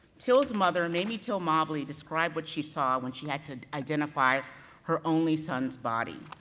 till's mother, mamie till-mobley, described what she saw when she had to identify her only son's body.